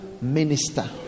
minister